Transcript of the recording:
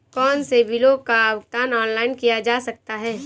कौनसे बिलों का भुगतान ऑनलाइन किया जा सकता है?